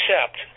accept